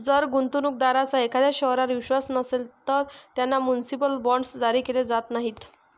जर गुंतवणूक दारांचा एखाद्या शहरावर विश्वास नसेल, तर त्यांना म्युनिसिपल बॉण्ड्स जारी केले जात नाहीत